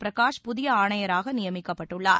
பிரகாஷ் புதிய ஆணையராக நியமிக்கப்பட்டுள்ளார்